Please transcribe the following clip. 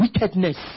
wickedness